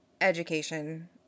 education